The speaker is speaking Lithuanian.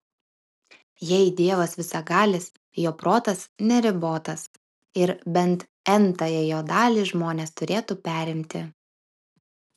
jei dievas visagalis jo protas neribotas ir bent n tąją jo dalį žmonės turėtų perimti